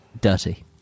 dirty